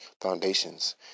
foundations